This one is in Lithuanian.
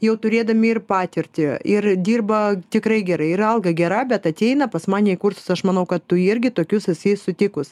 jau turėdami ir patirtį ir dirba tikrai gerai ir alga gera bet ateina pas mane į kursus aš manau kad tu irgi tokius esi sutikus